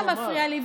למה אתה מפריע לי?